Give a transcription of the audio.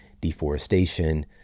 deforestation